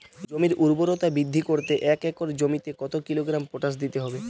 জমির ঊর্বরতা বৃদ্ধি করতে এক একর জমিতে কত কিলোগ্রাম পটাশ দিতে হবে?